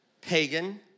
Pagan